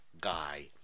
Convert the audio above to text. guy